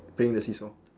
playing the see-saw